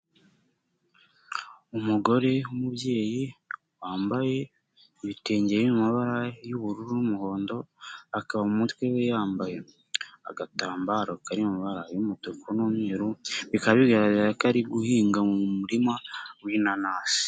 Umugore w'umubyeyi, wambaye ibitenge biri mu mabara y'ubururu n'umuhondo, akaba mu mutwe we yambaye agatambaro kari mu mabara y'umutuku n'umweru, bikaba bigaragara ko ari guhinga mu murima w'inanasi.